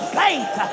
faith